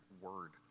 word